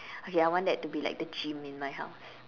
okay I want that to be like the gym in my house